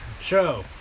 Show